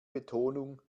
betonung